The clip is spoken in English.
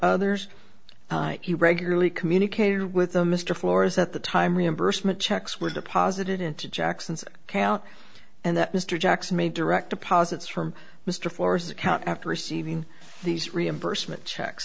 others he regularly communicated with the mr floors at the time reimbursement checks were deposited into jackson's count and that mr jackson may direct deposits from mr force account after receiving these reimbursement checks